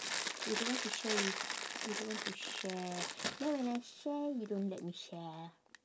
you don't want to share with you don't want to share then when I share you don't let me share